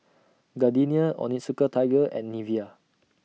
Gardenia Onitsuka Tiger and Nivea